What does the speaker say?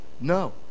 no